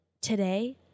today